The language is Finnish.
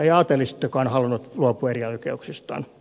ei aatelistokaan halunnut luopua erioikeuksistaan